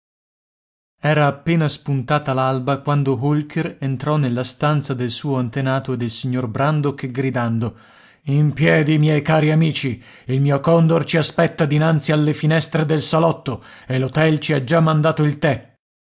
era appena spuntata l'alba quando holker entrò nella stanza del suo antenato e del signor brandok gridando in piedi miei cari amici il mio condor ci aspetta dinanzi alle finestre del salotto e l'htel ci ha già mandato il tè